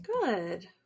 Good